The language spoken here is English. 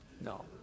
no